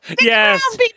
Yes